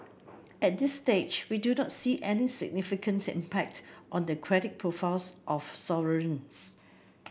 at this stage we do not see any significant impact on the credit profiles of sovereigns